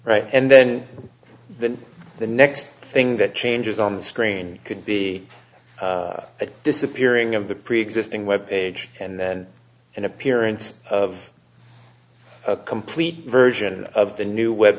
right and then the next thing that changes on the screen could be a disappearing of the preexisting web page and then an appearance of a complete version of the new web